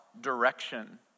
direction